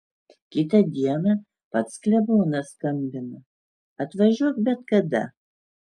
kitą dieną pats klebonas skambina atvažiuok bet kada